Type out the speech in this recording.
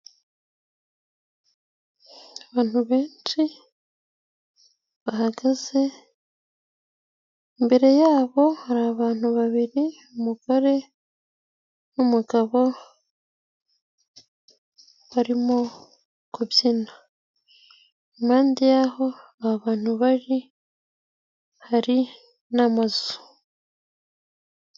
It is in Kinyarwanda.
Abantu benshi bahagaze, imbere yabo hari abantu babiri umugore n'umugabo barimo kubyina, impande y'aho abantu bari hari n'amazu.